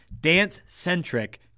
dance-centric